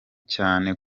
cyane